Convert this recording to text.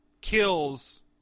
kills